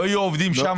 לא יהיו עובדים שם,